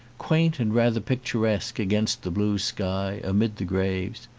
quaint and rather picturesque against the blue sky, amid the graves.